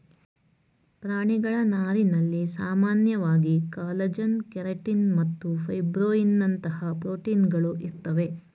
ಪ್ರಾಣಿಗಳ ನಾರಿನಲ್ಲಿ ಸಾಮಾನ್ಯವಾಗಿ ಕಾಲಜನ್ ಕೆರಟಿನ್ ಮತ್ತು ಫೈಬ್ರೋಯಿನ್ನಂತಹ ಪ್ರೋಟೀನ್ಗಳು ಇರ್ತವೆ